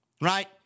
right